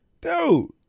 dude